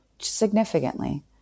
significantly